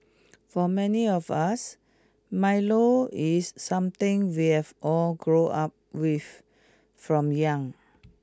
for many of us Milo is something we have all grown up with from young